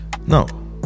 No